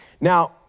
Now